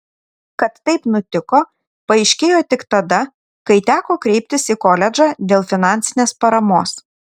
kad taip nutiko paaiškėjo tik tada kai teko kreiptis į koledžą dėl finansinės paramos